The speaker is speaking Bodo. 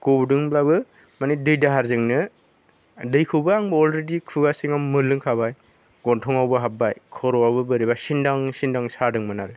गब'दोंब्लाबो माने दै दाहारजोंनो दैखौबो आंबो अलरेदि खुगा सिङाव लोंखाबाय गन्थङावबो हाबबाय खर'आबो बोरैबा सिन्दां सिन्दां सादोंमोन आरो